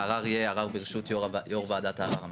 הערר יהיה ערר ברשות יו"ר ועדת הערר המחוזית.